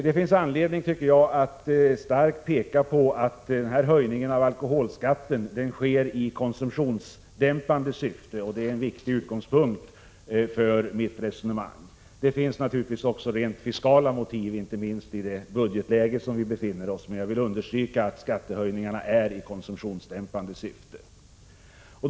Det finns anledning, tycker jag, att peka på att höjningen av alkoholskatten sker i konsumtionsdämpande syfte, och det är en viktig utgångspunkt för mitt resonemang. Det finns naturligtvis också rent fiskala motiv, inte minst i det budgetläge där vi befinner oss, men jag vill understryka att skattehöjningarna företas för att minska alkoholkonsumtionen.